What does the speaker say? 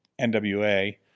NWA